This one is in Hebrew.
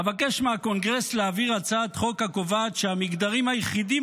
אבקש מהקונגרס להעביר הצעת חוק הקובעת שהמגדרים היחידים